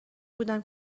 بودم